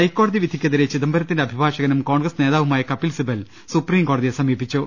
ഹൈക്കോടതി വിധിക്കെതിരെ ചിദംബരത്തിന്റെ അഭിഭാഷകനും കോൺഗ്രസ് നേതാവുമായ കപിൽ സിബൽ സുപ്രീം കോടതിയെ സമീപിച്ചു